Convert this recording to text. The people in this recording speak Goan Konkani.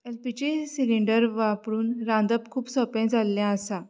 एल पी जे सिलींडर वापरून रांदप खूब सोपें जाल्लें आसा